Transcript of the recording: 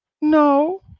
no